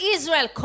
Israel